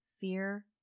fear